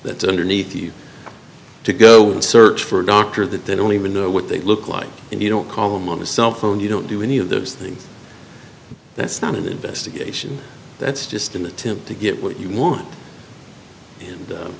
that underneath you to go and search for a doctor that they don't even know what they look like and you don't call them on the cell phone you don't do any of those things that's not an investigation that's just an attempt to get what you want and